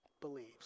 believes